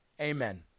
Amen